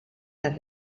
les